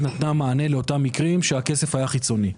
נתנה מענה לאותם מקרים שהכסף היה חיצוני.